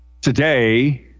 Today